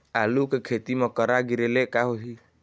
आलू के खेती म करा गिरेले का होही?